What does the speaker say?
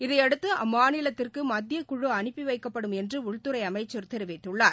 இதைபடுத்து அம்மாநிலத்திற்கு மத்தியக்குழு அனுப்பி வைக்கப்படும் என்று உள்துறை அமைச்சர் தெரிவித்துள்ளார்